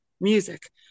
music